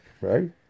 right